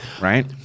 right